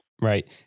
Right